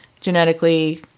genetically